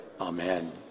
Amen